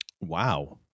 wow